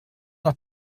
noch